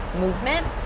movement